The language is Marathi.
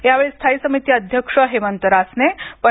यावेळी स्थायी समिती अध्यक्ष हेमंत रासने पं